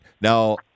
Now